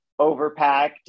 overpacked